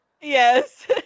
Yes